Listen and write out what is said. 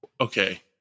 Okay